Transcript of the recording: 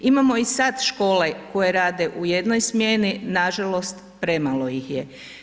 Imamo i sad škole koje rade u jednoj smjeni, nažalost, premalo ih je.